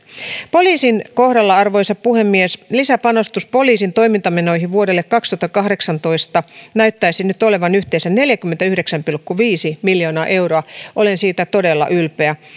poliisin kohdalla arvoisa puhemies lisäpanostus poliisin toimintamenoihin vuodelle kaksituhattakahdeksantoista näyttäisi nyt olevan yhteensä neljäkymmentäyhdeksän pilkku viisi miljoonaa euroa olen siitä todella ylpeä